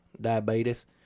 diabetes